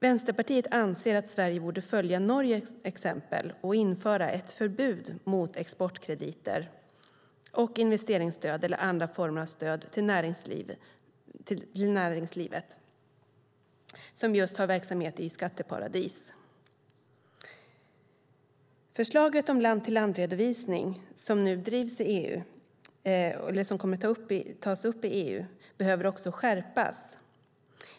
Vänsterpartiet anser att Sverige borde följa Norges exempel och införa ett förbud mot att exportkrediter, investeringsstöd eller andra former av stöd till näringslivet betalas ut till företag som har verksamhet i skatteparadis. Förslaget om land-till-land-redovisning som kommer att tas upp i EU behöver också skärpas.